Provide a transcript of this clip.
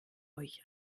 euch